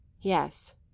Yes